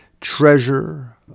treasure